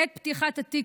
בעת פתיחת התיק,